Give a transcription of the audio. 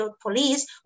police